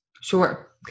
Sure